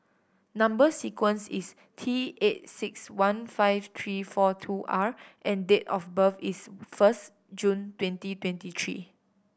number sequence is T eight six one five three four two R and date of birth is first June twenty twenty three